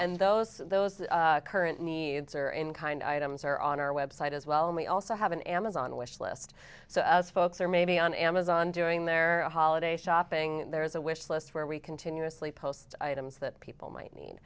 and those those current needs are in kind items or on our website as well may also have an amazon wish list so as folks are maybe on amazon doing their holiday shopping there is a wish list where we continuously post items that people might need